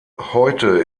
heute